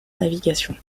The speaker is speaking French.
navigation